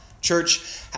Church